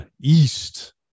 East